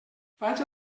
faig